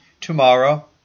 tomorrow